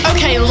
Okay